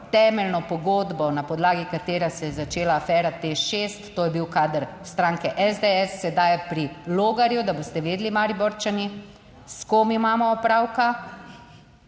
temeljno pogodbo, na podlagi katere se je začela afera TEŠ 6, to je bil kader stranke SDS - sedaj je pri Logarju, da boste vedeli, Mariborčani, s kom imamo opravka,